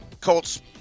Colts